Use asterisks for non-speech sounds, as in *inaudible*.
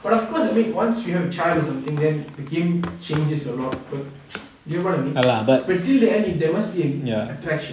but of course I mean once you have a child or something then the game changes a lot but *noise* you get what I mean but till the end there must be an attraction